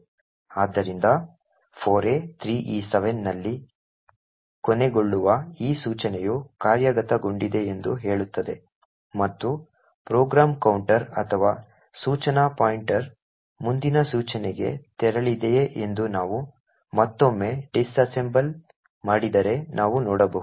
ಆದ್ದರಿಂದ 4a3e7 ನಲ್ಲಿ ಕೊನೆಗೊಳ್ಳುವ ಈ ಸೂಚನೆಯು ಕಾರ್ಯಗತಗೊಂಡಿದೆ ಎಂದು ಹೇಳುತ್ತದೆ ಮತ್ತು ಪ್ರೋಗ್ರಾಂ ಕೌಂಟರ್ ಅಥವಾ ಸೂಚನಾ ಪಾಯಿಂಟರ್ ಮುಂದಿನ ಸೂಚನೆಗೆ ತೆರಳಿದೆಯೆ ಎಂದು ನಾವು ಮತ್ತೊಮ್ಮೆ ಡಿಸ್ಅಸೆಂಬಲ್ ಮಾಡಿದರೆ ನಾವು ನೋಡಬಹುದು